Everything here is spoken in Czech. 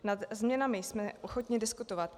Nad změnami jsme ochotni diskutovat.